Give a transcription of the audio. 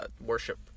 worship